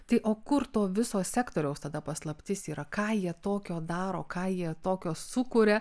tai o kur to viso sektoriaus tada paslaptis yra ką jie tokio daro ką jie tokio sukuria